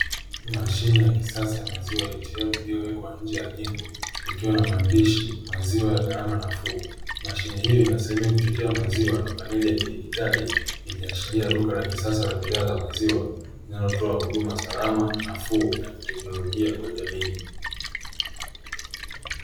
Mashine ya kisasa ya maziwa "ATM" iliyowekwa nje ya jengo ikiwa ina maandishi maziwa ya gharama nafuu. Mashine hiyo ina sehemu ya kuchotea maziwa na paneli ya kidigitali ikiashiria duka la kisasa la bidhaa za maziwa linalotoa huduma salama, nafuu na ya kiteknolojia kwa jamii.